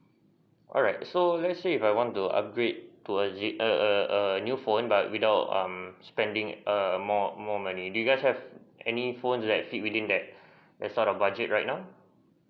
alright so let's say if I want to upgrade to a ze~ a a a new phone but without um spending a more more money do you guys have any phone that fit within that's under the budget right now